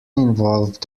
involved